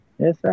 yes